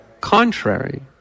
contrary